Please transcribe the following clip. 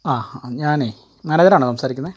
ആ ഞാനെയ് മാനേജറാണോ സംസാരിക്കുന്നത്